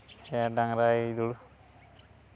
ᱥᱮ ᱰᱟᱝᱨᱟᱭ ᱫᱩᱲᱩᱵ